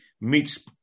meets